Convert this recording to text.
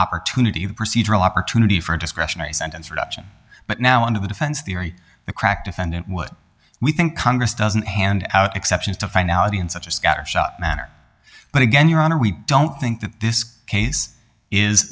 opportunity of procedural opportunity for a discretionary sentence reduction but now under the defense theory the crack defendant would we think congress doesn't hand out exceptions to finality in such a scattershot manner but again your honor we don't think that this case is